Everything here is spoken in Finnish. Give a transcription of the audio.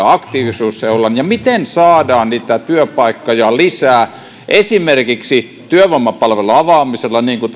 aktiivisuusseulan ja miten saadaan niitä työpaikkoja lisää esimerkiksi työvoimapalvelujen avaamisella niin kuin